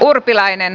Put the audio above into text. urpilainen